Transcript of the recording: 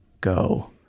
go